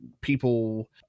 people